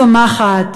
צומחת,